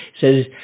says